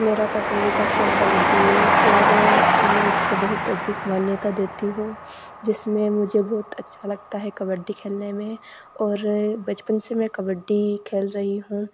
मेरा पसंदीदा खेल कबड्डी है और मैं इसको बहुत अधिक मान्यता देती हूँ जिसमें मुझे बहुत अच्छा लगता है कबड्डी खेलने में और बचपन से मैं कबड्डी खेल रही हूँ